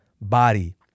body